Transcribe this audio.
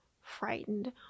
frightened